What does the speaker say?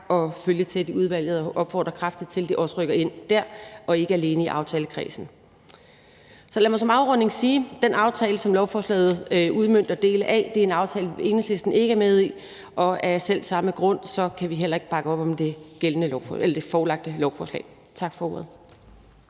at følge tæt i udvalget, og jeg opfordrer kraftigt til, at det også rykker ind der og ikke alene i aftalekredsen. Lad mig så som afrunding sige, at den aftale, som lovforslaget udmønter dele af, er en aftale, som Enhedslisten ikke er med i, og at vi af selv samme grund heller ikke kan bakke op om det forelagte lovforslag. Tak for ordet.